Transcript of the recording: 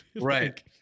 Right